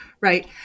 right